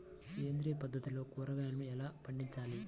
సేంద్రియ పద్ధతిలో కూరగాయలు ఎలా పండించాలి?